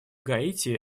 гаити